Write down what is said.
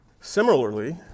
Similarly